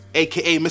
aka